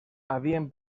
havien